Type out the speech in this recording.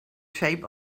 shape